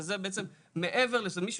שזה בעצם מעבר לזה.